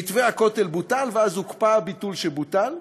מתווה הכותל בוטל, ואז הוקפא הביטול שבוטל,